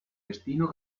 destino